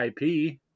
IP